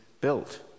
built